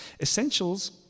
Essentials